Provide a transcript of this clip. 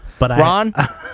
Ron